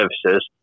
services